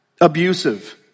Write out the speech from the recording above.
Abusive